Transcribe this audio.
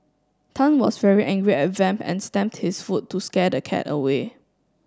tan was very angry at Vamp and stamped his foot to scare the cat away